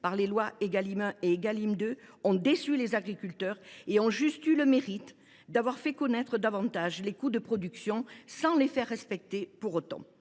par les lois Égalim 1 et 2 ont déçu les agriculteurs et eu pour seul mérite d’avoir fait connaître davantage les coûts de production, sans faire respecter pour autant